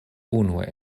unue